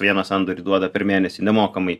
vieną sandorį duoda per mėnesį nemokamai